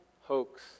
hoax